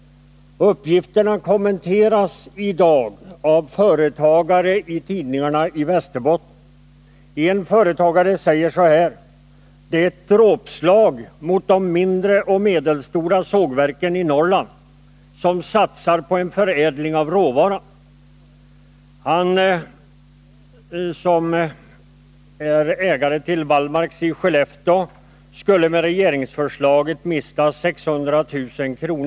Uppgifterna kommenteras i dag i tidningarna av företagare i Västerbotten. En företagare talar om ett dråpslag mot de mindre och medelstora sågverken i Norrland som satsar på en förädling av råvaran. Han, som är ägare till Wallmarks såg i Skellefteå, skulle genom regeringsförslaget mista 600 000 kr.